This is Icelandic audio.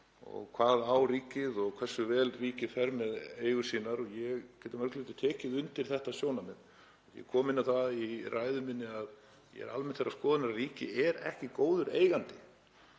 það á og hversu vel það fer með eigur sínar. Ég get að mörgu leyti tekið undir þetta sjónarmið. Ég kom inn á það í ræðu minni að ég er almennt þeirrar skoðunar að ríkið sé ekki góður eigandi,